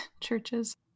churches